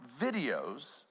videos